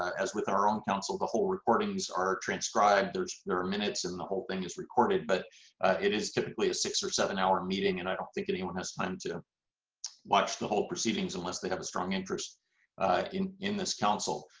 as with our own counsel the whole recordings are transcribed. there's, there are minutes and the whole thing is recorded, but it is typically a six or seven hour meeting and i don't think anyone has time to watch the whole proceedings, unless they have a strong interest in in this council.